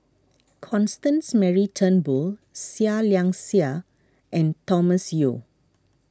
Constance Mary Turnbull Seah Liang Seah and Thomas Yeo